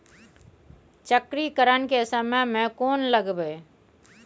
चक्रीकरन के समय में कोन लगबै?